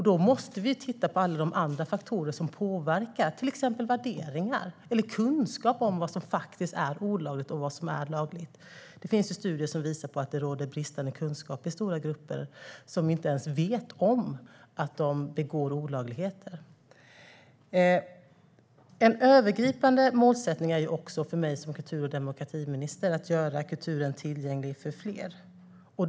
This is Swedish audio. Då måste vi titta på alla de andra faktorer som påverkar, till exempel värderingar eller kunskap om vad som faktiskt är olagligt och lagligt. Det finns studier som visar att det råder bristande kunskap i stora grupper, som inte ens vet om att de begår olagligheter. Ett övergripande mål för mig som kultur och demokratiminister är att göra kulturen tillgänglig för fler.